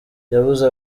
yabuze